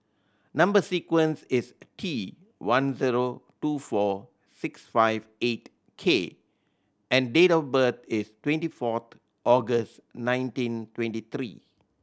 number sequence is T one zero two four six five eight K and date of birth is twenty fourth August nineteen twenty three